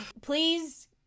Please